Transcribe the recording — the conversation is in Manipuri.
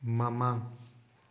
ꯃꯃꯥꯝ